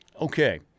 Okay